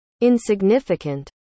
insignificant